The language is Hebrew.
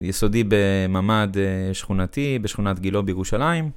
יסודי בממד שכונתי בשכונת גילו בירושלים.